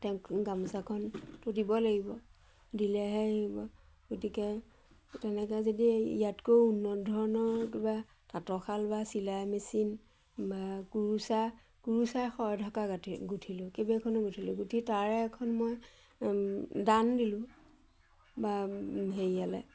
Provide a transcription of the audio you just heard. তেওঁক গামোচাখনতো দিব লাগিব দিলেহে আহিব গতিকে তেনেকৈ যদি ইয়াতকৈ উন্নত ধৰণৰ কিবা তাঁতশাল বা চিলাই মেচিন বা কুৰুচা কুৰুচাই শৰাই ঢকা গা গুঠিলোঁ কেইবাখনো গুঠিলোঁ গুঠি তাৰে এখন মই দান দিলোঁ বা হেৰিয়ালৈ